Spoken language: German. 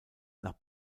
nach